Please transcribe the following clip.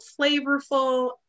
flavorful